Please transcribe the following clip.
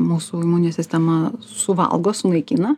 mūsų imuninė sistema suvalgo sunaikina